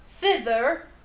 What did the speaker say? thither